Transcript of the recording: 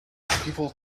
people